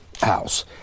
house